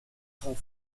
prend